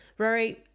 Rory